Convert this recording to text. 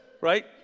right